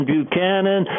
Buchanan